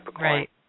Right